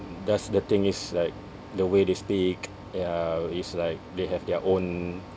thus the thing is like the way they speak ya it's like they have their own